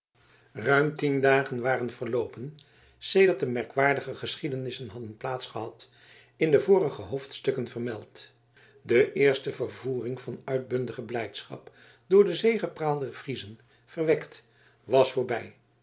ruim tien dagen waren verloopen sedert de merkwaardige geschiedenissen hadden plaats gehad in de vorige hoofdstukken vermeld de eerste vervoering van uitbundige blijdschap door de zegepraal der friezen verwekt was voorbij